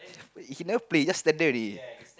he never play just stand there only